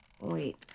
Wait